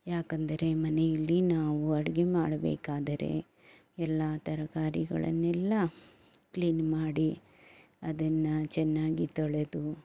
ಯಾಕಂದರೆ ಮನೆಯಲ್ಲಿ ನಾವು ಅಡಿಗೆ ಮಾಡಬೇಕಾದರೆ ಎಲ್ಲ ತರಕಾರಿಗಳನ್ನೆಲ್ಲ ಕ್ಲೀನ್ ಮಾಡಿ ಅದನ್ನು ಚೆನ್ನಾಗಿ ತೊಳೆದು